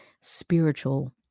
spiritual